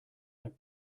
note